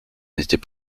n’était